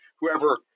whoever